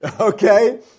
Okay